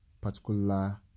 particular